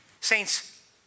Saints